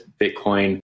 Bitcoin